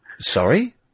Sorry